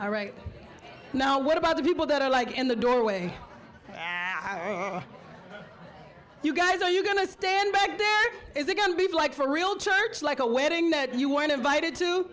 i right now what about the people that are like in the doorway are you guys are you going to stand back there it is again before like for real church like a wedding that you weren't invited to